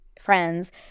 friends